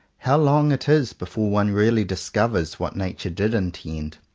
how long it is before one really discovers what nature did intend!